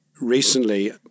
recently